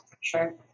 sure